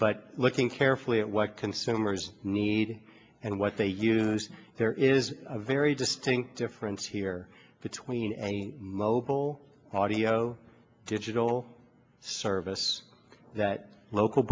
but looking carefully at what consumers need and what they use there is a very distinct difference here between a mobile audio digital service that local